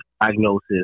diagnosis